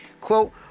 Quote